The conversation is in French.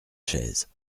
chaise